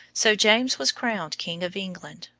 so james was crowned king of england,